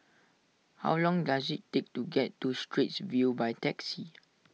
how long does it take to get to Straits View by taxi